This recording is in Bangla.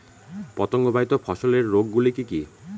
পতঙ্গবাহিত ফসলের রোগ গুলি কি কি?